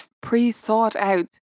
pre-thought-out